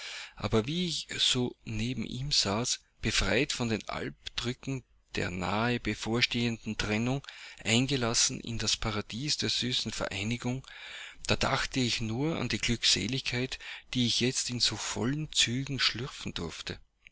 aber wie ich so neben ihm saß befreit von dem alpdrücken der nahebevorstehenden trennung eingelassen in das paradies der süßen vereinigung da dachte ich nur an die glückseligkeit die ich jetzt in so vollen zügen schlürfen durfte